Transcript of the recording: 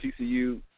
TCU